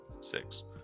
six